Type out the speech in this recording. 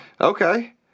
okay